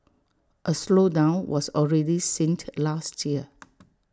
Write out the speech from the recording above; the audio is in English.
A slowdown was already seen last year